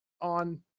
on